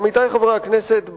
עמיתי חברי הכנסת,